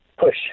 push